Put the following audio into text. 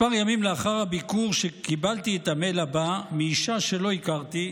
כמה ימים לאחר הביקור קיבלתי את המייל הבא מאישה שלא הכרתי.